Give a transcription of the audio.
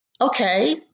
okay